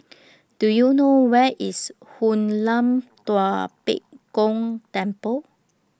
Do YOU know Where IS Hoon Lam Tua Pek Kong Temple